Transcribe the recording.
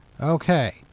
Okay